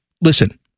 Listen